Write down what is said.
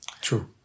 true